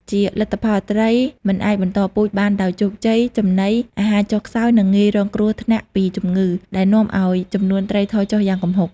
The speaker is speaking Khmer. ជាលទ្ធផល ត្រីមិនអាចបន្តពូជបានដោយជោគជ័យ ចំណីអាហារចុះខ្សោយ និងងាយរងគ្រោះថ្នាក់ពីជំងឺ ដែលនាំឱ្យចំនួនត្រីថយចុះយ៉ាងគំហុក។